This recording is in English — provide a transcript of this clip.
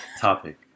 topic